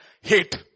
hate